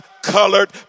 colored